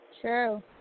True